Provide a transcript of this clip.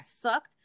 sucked